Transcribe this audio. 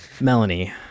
Melanie